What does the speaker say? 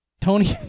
Tony